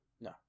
No